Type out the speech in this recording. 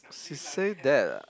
she say that ah